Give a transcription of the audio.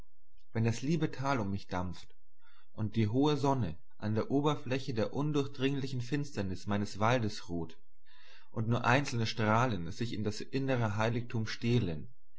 wenn das liebe tal um mich dampft und die hohe sonne an der oberfläche der undurchdringlichen finsternis meines waldes ruht und nur einzelne strahlen sich in das innere heiligtum stehlen